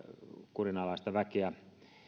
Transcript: kurinalaista väkeä